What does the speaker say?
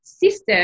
system